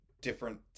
different